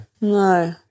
No